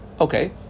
Okay